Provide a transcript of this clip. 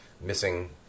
missing